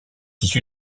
issue